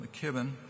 McKibben